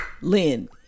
Lynn